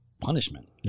punishment